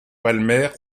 palmer